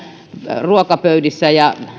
ruokapöydissä ja